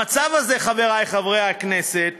המצב הזה, חברי חברי הכנסת,